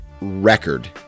record